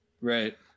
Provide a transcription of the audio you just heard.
Right